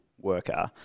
worker